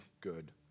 good